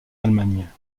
allemagne